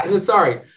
Sorry